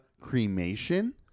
cremation